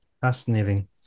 Fascinating